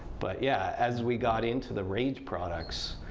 but yeah, as we got into the rage products,